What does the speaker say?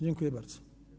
Dziękuję bardzo.